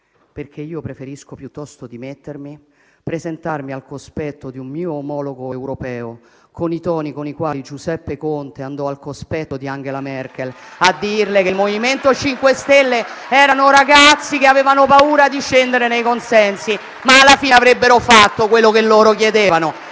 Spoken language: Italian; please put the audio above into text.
vedrà mai - preferisco piuttosto dimettermi - presentarmi al cospetto di un mio omologo europeo con i toni con i quali Giuseppe Conte andò al cospetto di Angela Merkel a dirle che il MoVimento 5 Stelle erano ragazzi che avevano paura di scendere nei consensi, ma alla fine avrebbero fatto quello che loro chiedevano.